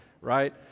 right